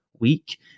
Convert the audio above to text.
week